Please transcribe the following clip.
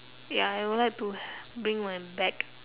ya I would like to bring my bag